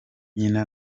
nyina